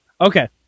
Okay